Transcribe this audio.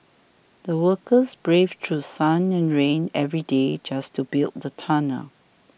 the workers braved through sun and rain every day just to build the tunnel